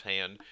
hand